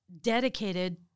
dedicated